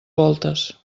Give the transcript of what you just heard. voltes